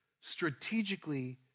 strategically